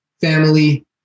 family